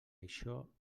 això